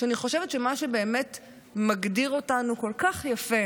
אני חושבת שמה שבאמת מגדיר אותנו כל כך יפה